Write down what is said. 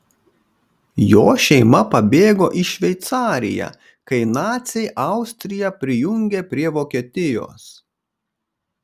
jo šeima pabėgo į šveicariją kai naciai austriją prijungė prie vokietijos